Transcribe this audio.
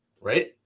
right